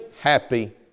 Happy